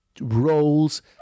roles